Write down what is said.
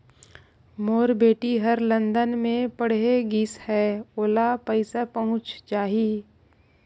मोर बेटी हर लंदन मे पढ़े गिस हय, ओला पइसा पहुंच जाहि?